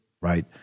Right